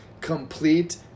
complete